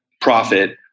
profit